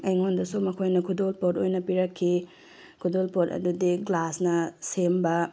ꯑꯩꯉꯣꯟꯗꯁꯨ ꯃꯈꯣꯏꯅ ꯈꯨꯗꯣꯜꯄꯣꯠ ꯑꯣꯏꯅ ꯄꯤꯔꯛꯈꯤ ꯈꯨꯗꯣꯜꯄꯣꯠ ꯑꯗꯨꯗꯤ ꯒ꯭ꯂꯥꯁꯅ ꯁꯦꯝꯕ